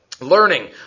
learning